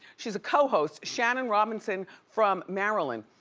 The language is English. she's a co-host. shannon robinson from maryland.